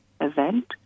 event